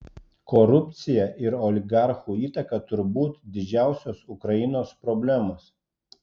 korupcija ir oligarchų įtaka turbūt didžiausios ukrainos problemos